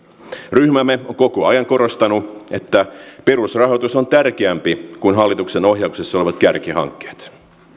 ryhmämme on koko ajan korostanut että perusrahoitus on tärkeämpi kuin hallituksen ohjauksessa olevat kärkihankkeet